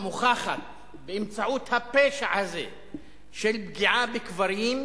דבר המוכח באמצעות הפשע הזה של פגיעה בקברים,